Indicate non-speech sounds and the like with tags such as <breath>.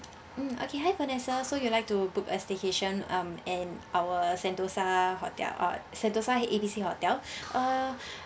mm okay hi vanessa so you would like to book a staycation um and our sentosa hotel or sentosa A B C hotel uh <breath>